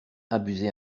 abuser